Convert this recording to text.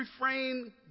refrain